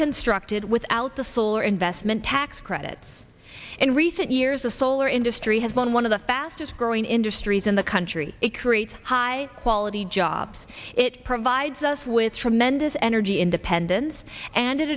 constructed without the solar investment tax credits and recent years the solar industry has been one of the fastest growing industries in the country it creates high quality jobs it provides us with tremendous energy independence and it